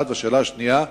שאלה שנייה: